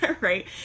right